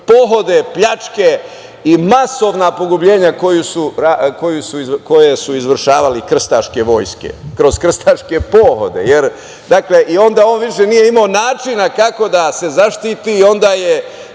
pohode, pljačke i masovna pogubljenja koje su izvršavale krstaške vojske, kroz krstaške pohode. Dakle, on više nije imao načina kako da se zaštiti i onda je